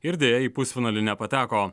ir deja į pusfinalį nepateko